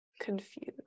confused